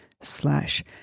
slash